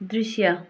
दृश्य